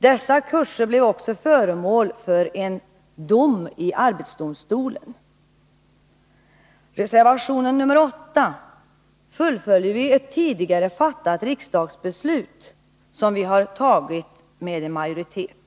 Dessa kurser blev också föremål för en dom i arbetsdomstolen. I reservation 8 fullföljer vi ett tidigare riksdagsbeslut som fattats av en majoritet.